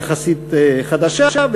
יחסית חדשה,